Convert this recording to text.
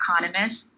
economist